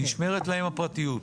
נשמרת להם הפרטיות.